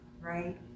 right